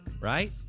right